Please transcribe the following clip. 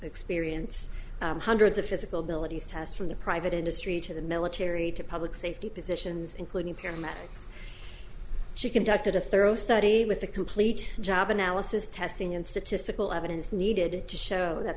experience hundreds of physical abilities test from the private industry to the military to public safety positions including paramedics she conducted a thorough study with the complete job analysis testing and statistical evidence needed to show that